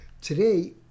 Today